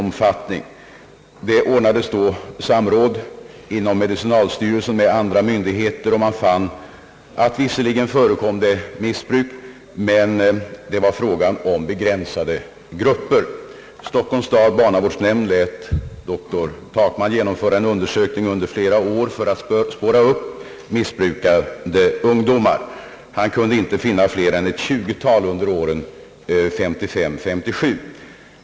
Medicinalstyrelsen ordnade då samråd med andra myndigheter, och man fann att det visserligen förekom missbruk men att det var fråga om begränsade grupper. Stockholms stads barnavårdsnämnd lät doktor Takman genomföra en undersökning under flera år för att spåra upp missbrukande ungdomar. Han kunde inte finna fler än ett 20-tal under åren 1955—1957.